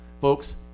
Folks